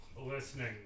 listening